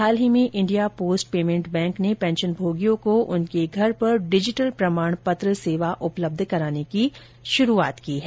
हाल में India post payment bank ने पेंशनभोगियों को उनके घर पर डिजिटल प्रमाणपत्र सेवा उपलब्ध कराने की शुरूआत की है